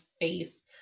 face